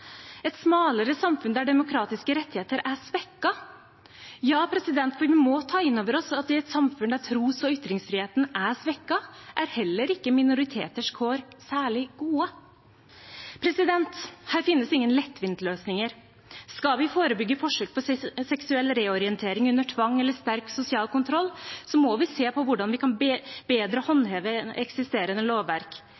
et smalere samfunn der demokratiske rettigheter er svekket. Ja, for vi må ta inn over oss at i et samfunn der tros- og ytringsfriheten er svekket, er heller ikke minoriteters kår særlig gode. Her finnes det ingen lettvinte løsninger. Skal vi forebygge forsøk på seksuell reorientering under tvang eller sterk sosial kontroll, må vi se på hvordan vi bedre kan